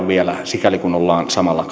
vielä sikäli kuin olemme samalla